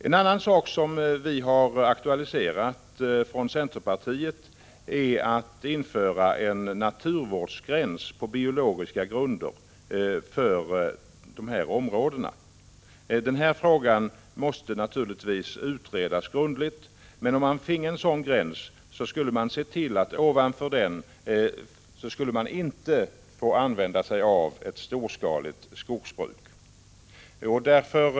En annan fråga som vi har aktualiserat från centerpartiet är att för de här områdena införa en naturvårdsgräns på biologiska grunder. Den frågan måste naturligtvis utredas grundligt, men om man fick en sådan gräns skulle man kunna se till att ovanför den skulle ett storskaligt skogsbruk inte få användas.